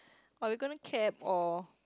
are we gonna cab or